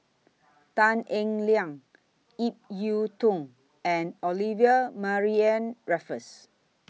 Tan Eng Liang Ip Yiu Tung and Olivia Mariamne Raffles